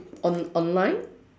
on on online